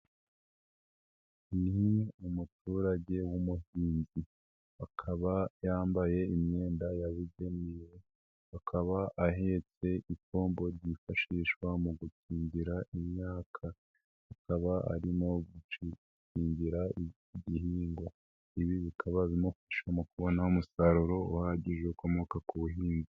Ni umuturage w'umuhinzi akaba yambaye imyenda yabugenewe, akaba ahetse ipombo ryifashishwa mu gukingira imyaka, akaba arimo gushigira igihingwa. Ibi bikaba bimufasha mu kubona umusaruro uhagije ukomoka ku buhinzi.